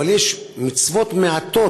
אבל יש מצוות מעטות,